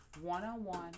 one-on-one